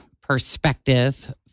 perspective